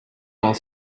while